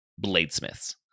bladesmiths